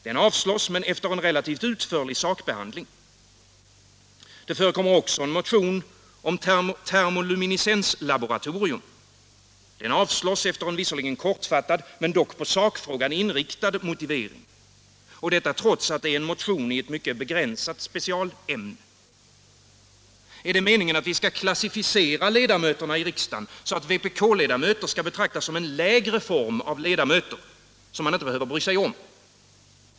Den avstyrks, men efter en relativt utförlig sakbehandling. Det förekommer också en motion om termoluminiscenslaboratorium. Den avstyrks efter en visserligen kortfattad men dock på sakfrågan inriktad motivering, detta trots att det är en motion i ett mycket begränsat specialämne. Är det meningen att vi skall klassificera ledamöterna i riksdagen, så att vpk-ledamöter skall betraktas som en lägre form av ledamöter, som man inte behöver bry sig om?